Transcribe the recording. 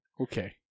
Okay